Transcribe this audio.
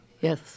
Yes